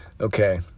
Okay